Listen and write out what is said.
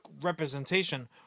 representation